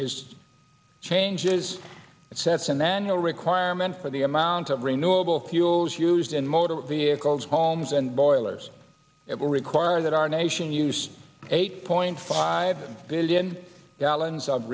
is changes it sets a manual requirement for the amount of renewable fuels used in motor vehicles homes and boilers it will require that our nation use eight point five billion gallons of